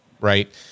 right